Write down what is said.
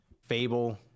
Fable